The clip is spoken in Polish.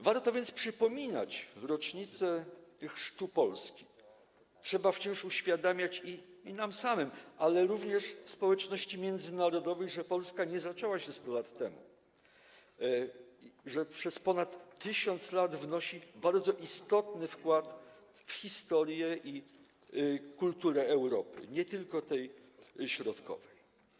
Warto więc przypominać w rocznicę chrztu Polski, trzeba wciąż uświadamiać nam samym, ale również społeczności międzynarodowej, że Polska nie zaczęła się 100 lat temu, lecz że przez ponad 1000 lat wnosi bardzo istotny wkład w historię i kulturę Europy, nie tylko tej środkowej.